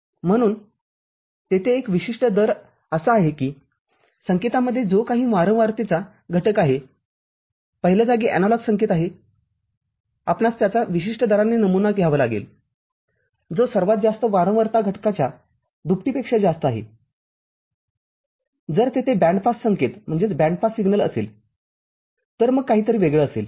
म्हणून तेथे एक विशिष्ट दर असा आहे की संकेतामध्ये जो काही वारंवारतेचा घटक आहे पहिल्या जागी एनालॉग संकेत आहे आपणास त्याचा विशिष्ट दराने नमुना घ्यावा लागेल जो सर्वात जास्त वारंवारता घटकाच्या दुपटीपेक्षा जास्त आहे जर तेथे बॅण्ड पास संकेत असेलतर मग काहीतरी वेगळं असेल